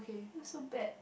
who so bad